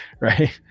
Right